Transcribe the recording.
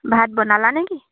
ভাত বনালা নেকি